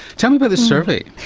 tell me about this survey.